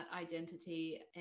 identity